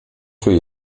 für